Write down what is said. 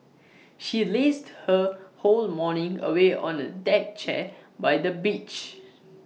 she lazed her whole morning away on A deck chair by the beach